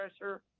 pressure